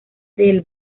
del